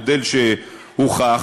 מודל שהוכח,